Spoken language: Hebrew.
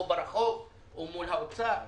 או ברחוב או מול האוצר.